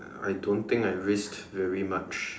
I don't think I risked very much